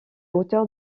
hauteur